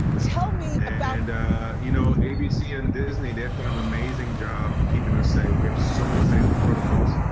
tell me about and you know, abc and disney, they've done an amazing job keeping us safe. we have so many safety protocols,